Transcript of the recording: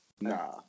Nah